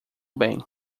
bem